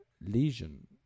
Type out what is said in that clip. lesion